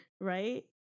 right